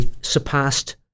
surpassed